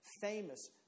famous